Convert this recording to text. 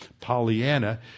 Pollyanna